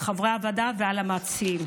על חברי הוועדה ועל המציעים.